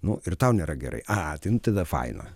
nu ir tau nėra gerai a nu tada faina